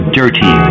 dirty